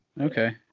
Okay